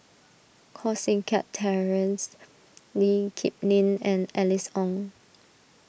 Koh Seng Kiat Terence Lee Kip Lin and Alice Ong